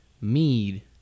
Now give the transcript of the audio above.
mead